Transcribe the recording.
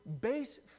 base